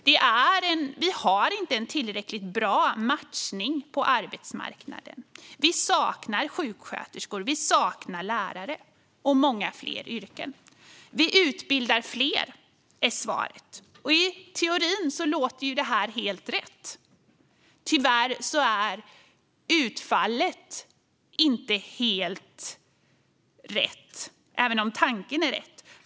Det råder inte en tillräckligt bra matchning på arbetsmarknaden. Det saknas sjuksköterskor, och det saknas lärare. Detta rör många fler yrken. Vi utbildar fler, är svaret. I teorin låter det helt rätt. Tyvärr är utfallet inte helt rätt, även om tanken är riktig.